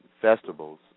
festivals